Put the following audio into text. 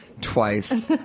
twice